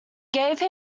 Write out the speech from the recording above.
gave